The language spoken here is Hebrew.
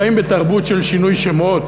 חיים בתרבות של שינוי שמות.